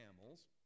camels